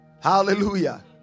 Hallelujah